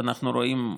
אנחנו רואים,